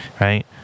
right